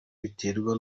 biterwa